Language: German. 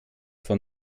von